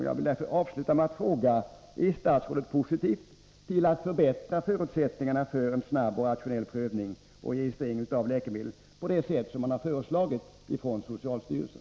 Jag vill avsluta med att fråga: Är statsrådet positiv till att förbättra förutsättningarna för en snabb och rationell prövning och registrering av läkemedel på det sätt som föreslagits av socialstyrelsen?